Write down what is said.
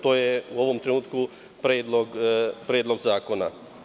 To je u ovom trenutku predlog zakona.